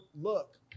look